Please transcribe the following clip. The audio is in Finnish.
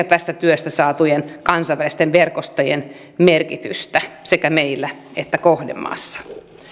tästä työstä saatujen kansainvälisten verkostojen merkitystä sekä meillä että kohdemaassa